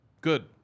good